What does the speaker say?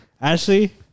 Ashley